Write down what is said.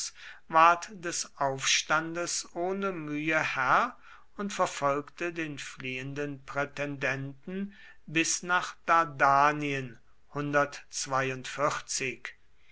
des aufstandes ohne mühe herr und verfolgte den fliehenden prätendenten bis nach